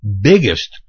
biggest